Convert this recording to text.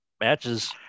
matches